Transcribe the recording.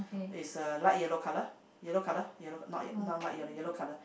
is a light yellow colour yellow colour yellow not not like yellow yellow colour